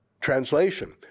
Translation